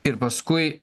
ir paskui